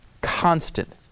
Constant